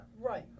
Right